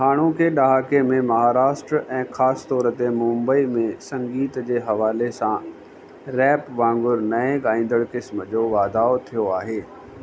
हाणोके ॾहाके में महाराष्ट्र ऐं ख़ासि तौर ते मुंबई में संगीत जे हवाले सां रैप वांगुरु नएं ॻाइदड़ु क़िस्म जो वाधाउ थियो आहे